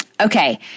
Okay